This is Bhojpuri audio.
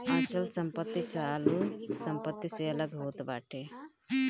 अचल संपत्ति चालू संपत्ति से अलग होत बाटे